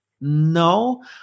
no